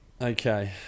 Okay